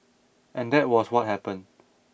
and that was what happened